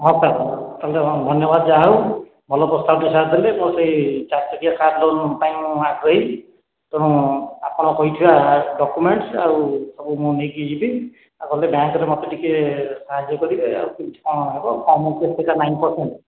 ହଁ ସାର୍ ଧନ୍ୟବାଦ ଯାହାହେଉ ଭଲ ପ୍ରସ୍ତାବଟେ ସାର୍ ଦେଲେ ମୁଁ ସେ ଚାରି ଚକିଆ କାର୍ ଲୋନ ପାଇଁ ଆଗେଇବି ତେଣୁ ଆପଣ କହିଥିବା ଡକ୍ୟୁମେଣ୍ଟସ ଆଉ ସବୁ ମୁଁ ନେଇକି ଯିବି ଆଉ ଗଲେ ବ୍ୟାଙ୍କ ରେ ମୋତେ ଟିକେ ସାହାଯ୍ୟ କରିବେ ଆଉ କେମିତି କଣ ହେବ ଆମକୁ କେତେ ସେଇଟା ନାଇନ ପରସେଣ୍ଟ